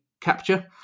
capture